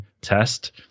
test